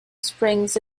springs